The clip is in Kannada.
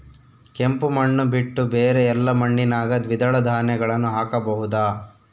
ಕೆಂಪು ಮಣ್ಣು ಬಿಟ್ಟು ಬೇರೆ ಎಲ್ಲಾ ಮಣ್ಣಿನಾಗ ದ್ವಿದಳ ಧಾನ್ಯಗಳನ್ನ ಹಾಕಬಹುದಾ?